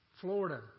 Florida